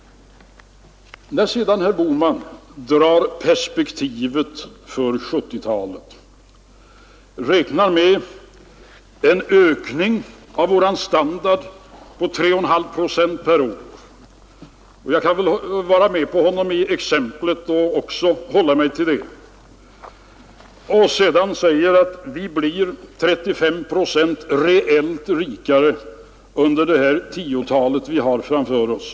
Herr Bohman drar sedan upp perspektivet för 1970-talet och räknar med en ökning av vår standard på 3,5 procent per år. Jag kan väl acceptera den siffran och skall här hålla mig till samma exempel. Herr Bohman säger att vi blir reellt 35 procent rikare under det tiotal år vi har framför oss.